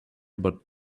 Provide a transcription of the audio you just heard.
about